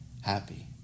happy